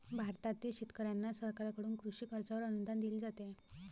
भारतातील शेतकऱ्यांना सरकारकडून कृषी कर्जावर अनुदान दिले जाते